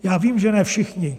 Já vím, že ne všichni.